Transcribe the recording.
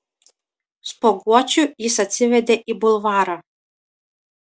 spuoguočių jis atsivedė į bulvarą